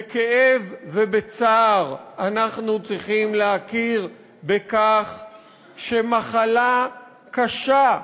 בכאב ובצער אנחנו צריכים להכיר בכך שמחלה קשה,